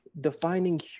defining